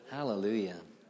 Hallelujah